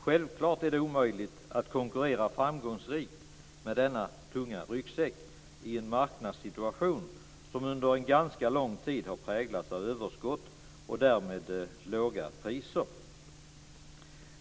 Självklart är det omöjligt att konkurrera framgångsrikt med denna tunga ryggsäck i en marknadssituation som under en ganska lång tid har präglats av överskott och därmed låga priser.